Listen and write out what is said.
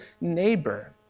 neighbor